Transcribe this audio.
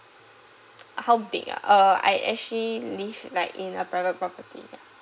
how big ah uh I actually live like in a private property ya